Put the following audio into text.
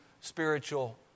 spiritual